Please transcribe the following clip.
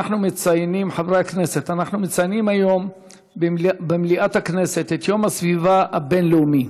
אנחנו מציינים היום במליאת הכנסת את יום הסביבה הבין-לאומי.